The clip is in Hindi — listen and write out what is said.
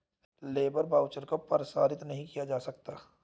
लेबर वाउचर को प्रसारित नहीं करा जा सकता